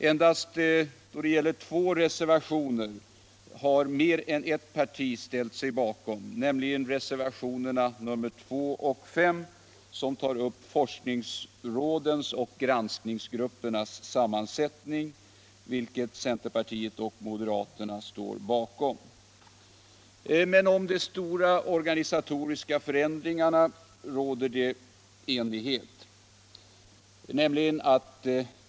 Endast två reservationer har mer än ett parti ställt sig bakom, nämligen reservationerna 2 och 5 som tar upp forskningsrådens och granskningsrådens sammansättning och bakom vilka centerpartiet och moderaterna står. Men om de stora organisatoriska förändringarna råder det enighet.